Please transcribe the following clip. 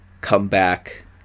comeback